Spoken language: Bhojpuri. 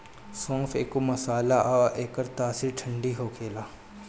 सौंफ एगो मसाला हअ एकर तासीर ठंडा होखेला